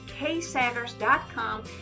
ksanders.com